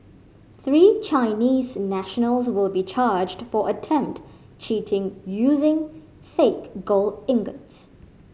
three Chinese nationals will be charged for attempted cheating using fake gold ingots